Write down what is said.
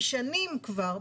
משנים כבר.